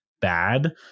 bad